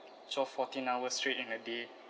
twelve fourteen hours straight in a day